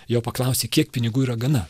jo paklausė kiek pinigų yra gana